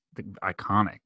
iconic